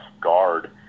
guard